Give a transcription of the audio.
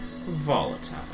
Volatile